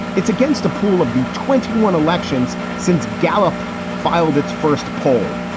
it's against a pool of the twenty one elections since gallup filed its first poll.